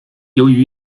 由于